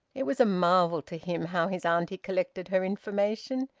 it was a marvel to him how his auntie collected her information.